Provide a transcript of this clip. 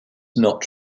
not